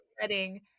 setting